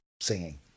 singing